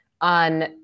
on